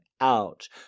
out